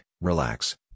relax